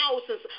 thousands